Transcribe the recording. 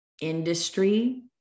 industry